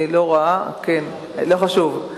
לא חשוב.